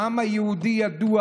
העם היהודי ידוע